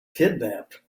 kidnapped